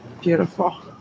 Beautiful